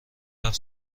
حرف